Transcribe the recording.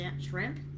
shrimp